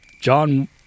John